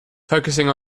focusing